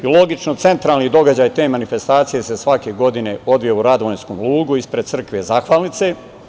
Logično, centralni događaj te manifestacije se svake godine odvija u Radovanjskom lugu ispred crkve Zahvalnice.